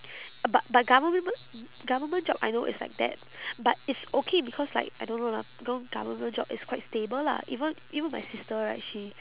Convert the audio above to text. uh but but government one government job I know is like that but it's okay because like I don't know lah you know government job is quite stable lah even even my sister right she